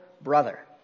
brother